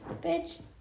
bitch